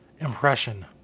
impression